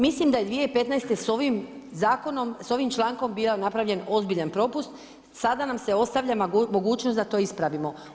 Mislim da 2015. s ovim zakonom, sa ovim člankom bio napravljen ozbiljan propust, sada nam se ostavlja mogućnost da to ispravimo.